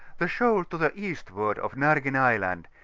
the shoal to the eastward of nargen island,